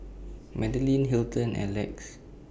Madilyn Hilton and Lex